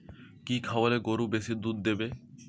কি খাওয়ালে গরু বেশি দুধ দেবে?